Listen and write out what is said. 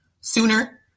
sooner